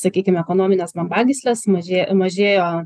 sakykim ekonominės bambagysles mažė mažėjo